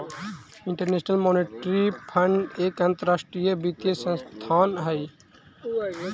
international monetary fund एक अंतरराष्ट्रीय वित्तीय संस्थान हई